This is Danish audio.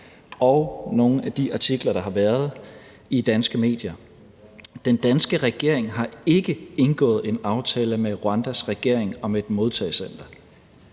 og nogle af de artikler, der har været i danske medier. Den danske regering har ikke indgået en aftale med Rwandas regering om et modtagecenter.